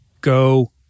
Go